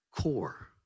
core